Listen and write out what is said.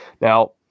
Now